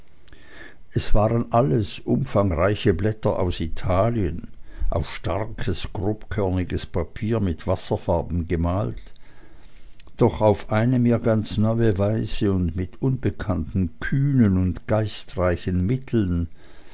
es waren alles umfangreiche blätter aus italien auf starkes grobkörniges papier mit wasserfarben gemalt doch auf eine mir ganz neue weise und mit unbekannten kühnen und geistreichen mitteln